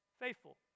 Faithful